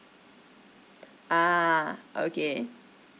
ah okay